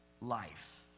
life